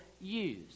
use